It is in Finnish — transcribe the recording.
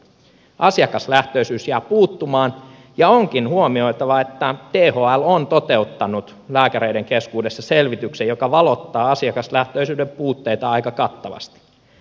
asiakaslähtöisyys jää puuttumaan ja onkin huomioitava että thl on toteuttanut lääkäreiden keskuudessa selvityksen joka valottaa asiakaslähtöisyyden puutteita aika kattavasti